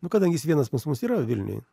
nu kadangi jis vienas pas mus yra vilniuj